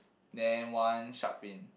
then one shark fin